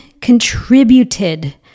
contributed